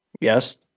Yes